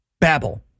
Babble